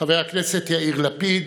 חבר הכנסת יאיר לפיד,